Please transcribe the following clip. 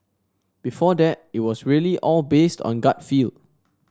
before that it was really all based on gut feel